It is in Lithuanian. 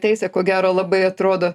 teisė ko gero labai atrodo